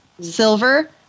Silver